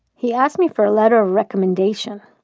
he asked me for a letter of recommendation,